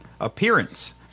Appearance